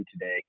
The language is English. today